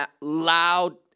loud